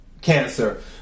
Cancer